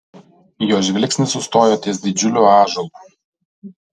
jo žvilgsnis sustojo ties didžiuliu ąžuolu